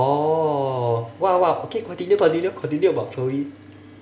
oh !wah! !wah! okay continue continue continue about chloe